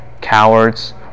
Cowards